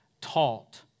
taught